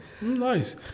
Nice